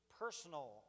personal